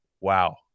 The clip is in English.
wow